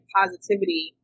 positivity